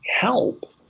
help